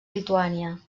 lituània